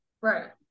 Right